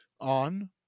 on